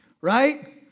Right